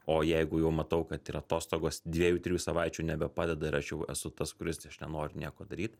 o jeigu jau matau kad ir atostogos dviejų trijų savaičių nebepadeda ir aš jau esu tas kuris aš nenoriu nieko daryt